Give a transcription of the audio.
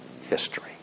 history